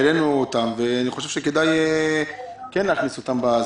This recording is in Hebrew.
העלינו אותן ואני חושב שכדאי להכניס אותן לחוק.